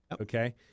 Okay